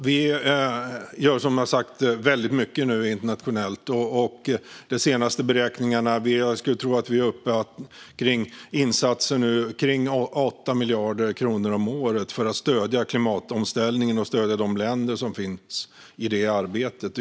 Fru talman! Vi gör som sagt mycket internationellt. Jag skulle tro att vi är uppe i insatser på runt 8 miljarder kronor om året för att stödja klimatomställningen och de länder som finns i det arbetet.